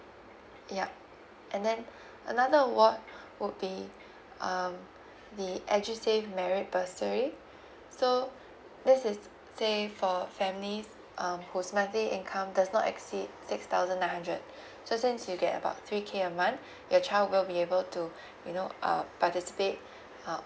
ya and then another award would be um the edusave merit bursary so this is say for families um whose monthly income does not exceed six thousand nine hundred so since you get about three K a month your child will be able to you know um participate uh